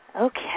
Okay